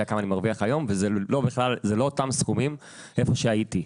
כמה אני משתכר היום ואלה לא אותם סכומים כפי שהיו לי קודם.